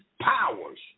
powers